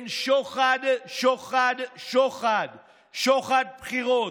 כן, שוחד, שוחד, שוחד, שוחד בחירות.